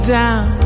down